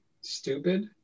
Stupid